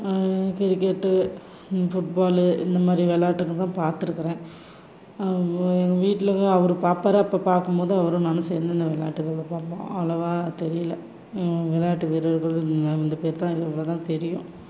cricket football இந்த மாதிரி விளையாட்டுங்க தான் பார்த்துருக்குறேன் எங்கள் வீட்லையும் அவர் பாப்பார் அப்போ பார்க்கும் போது அவரும் நானும் சேர்ந்து இந்த விளையாட்டுகள பார்ப்போம் அவ்வளோவா தெரியல விளையாட்டு வீரர்கள் இந்த பேர் தான் இவ்வளோ தான் தெரியும்